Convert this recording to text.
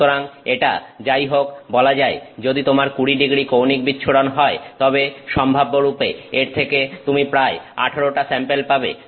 সুতরাং এটা যাই হোক বলা যায় যদি তোমার 20º কৌণিক বিচ্ছুরণ হয় তবে সম্ভাব্যরূপে এর থেকে তুমি প্রায় 18টা স্যাম্পেল পাবে